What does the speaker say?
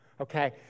Okay